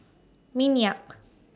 Minyak